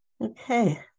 Okay